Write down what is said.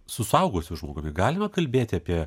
su suaugusiu žmogumi galima kalbėti apie